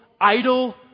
idle